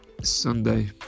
sunday